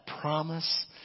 promise